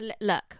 look